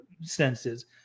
senses